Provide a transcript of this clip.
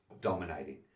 dominating